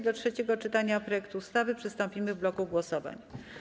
Do trzeciego czytania projektu ustawy przystąpimy w bloku głosowań.